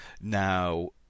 Now